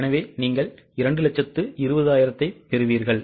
எனவே நீங்கள் 220000 ஐப் பெறுவீர்கள்